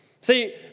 See